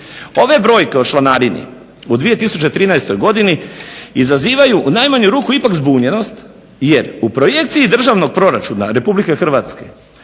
Ove brojke o članarini u 2013. godini izazivaju u najmanju ruku ipak zbunjenost jer u projekciji Državnog proračuna RH koji smo